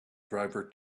driver